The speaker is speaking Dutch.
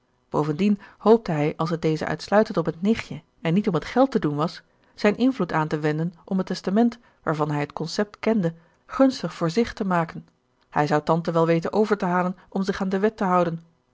bovendien hoopte hij als het dezen uitsluitend om het nichtje en niet om het geld te doen was zijn invloed aan te wenden om het testament waarvan hij het concept kende gunstig voor zich te maken hij zou tante wel weten over te halen om zich aan de wet te houden